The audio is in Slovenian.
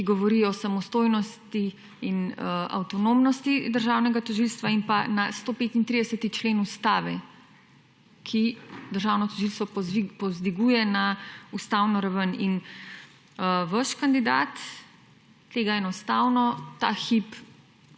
ki govori o samostojnosti in avtonomnosti državnega tožilstva in pa na 135. člen ustave, ki državno tožilstvo povzdiguje na ustavno raven in vaš kandidat tega enostavno ta hip